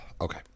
Okay